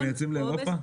הם מייצאים לאירופה?